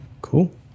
Cool